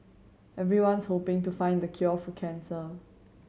everyone's hoping to find the cure for cancer